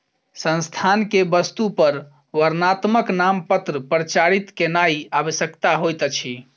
संस्थान के वस्तु पर वर्णात्मक नामपत्र प्रचारित केनाई आवश्यक होइत अछि